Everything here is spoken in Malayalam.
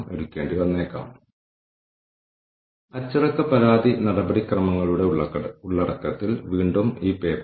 CS എന്നാൽ കഴിഞ്ഞ ആറ് മാസത്തിനുള്ളിൽ പൂർത്തിയാക്കിയ ഉപഭോക്തൃ സംതൃപ്തി സർവേ എന്നാണ് അർത്ഥമാക്കുന്നത്